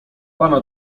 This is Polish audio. pana